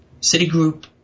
Citigroup